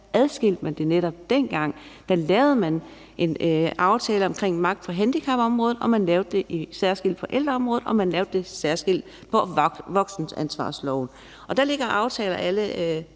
adskilte man det netop. Der lavede man en aftale om magt på handicapområdet, man lavede det særskilt for ældreområdet, og man lavede det særskilt for voksenansvarsloven. Der ligger aftaler alle